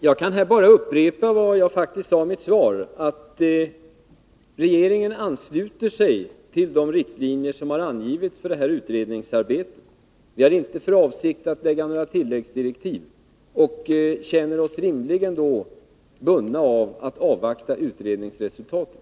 Herr talman! Jag kan bara upprepa vad jag har sagt i mitt svar, att regeringen ansluter sig till de riktlinjer som har angivits för utredningsarbetet. Vi har inte för avsikt att ge några tilläggsdirektiv, och vi känner oss då givetvis bundna att avvakta utredningsresultatet.